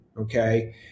okay